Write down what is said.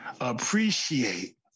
Appreciate